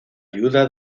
ayuda